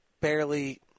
barely